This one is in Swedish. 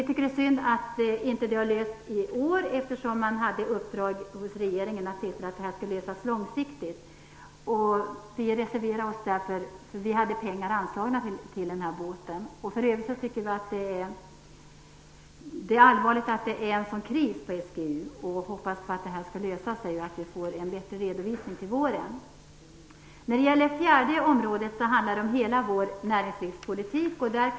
Det är synd att den frågan inte lösts i år. Regeringen hade ju uppdraget att se till att det här skulle lösas långsiktigt. Vi reserverar oss därför. Vi har nämligen anslagit pengar till den här båten. För övrigt är det allvarligt att det är en sådan kris vid SGU. Vi hoppas att det hela löser sig och att vi får en bättre redovisning till våren. Det fjärde området handlar om hela vår näringslivspolitik.